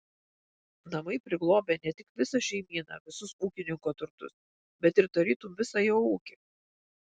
namai priglobia ne tik visą šeimyną visus ūkininko turtus bet ir tarytum visą jo ūkį